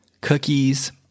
Cookies